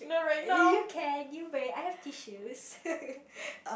you can you may I have tissues